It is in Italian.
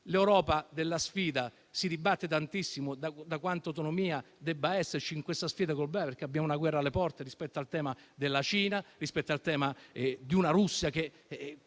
un'Europa della sfida: si dibatte tanto su quanta autonomia debba esserci in questa sfida, perché abbiamo una guerra alle porte, rispetto al tema della Cina, rispetto al tema di una Russia che